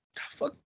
Fuck